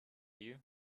you